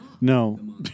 No